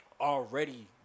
already